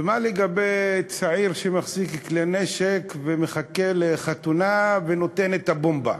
ומה לגבי צעיר שמחזיק כלי נשק ומחכה לחתונה ונותן את הבומבה?